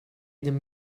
them